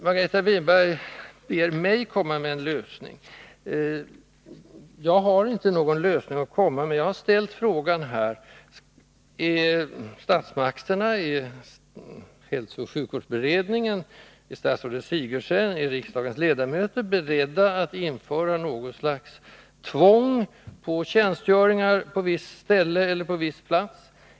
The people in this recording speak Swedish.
Margareta Winberg ber mig att komma med en lösning. Jag har inte någon lösning att komma med, men jag har ställt några frågor här: Är statsmakterna, hälsooch sjukvårdsberedningen, statsrådet Sigurdsen och riksdagens ledamöter beredda att införa något slags tvång för läkare att tjänstgöra på viss plats?